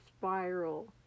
spiral